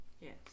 Yes